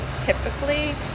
typically